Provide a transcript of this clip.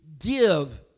give